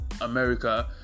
America